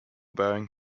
bearing